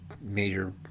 major